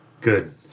Good